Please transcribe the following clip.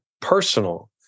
personal